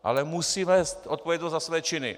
Ale musí nést odpovědnost za své činy.